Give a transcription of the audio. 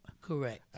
Correct